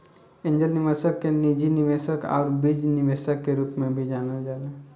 angel निवेशक के निजी निवेशक आउर बीज निवेशक के रूप में भी जानल जाला